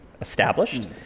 established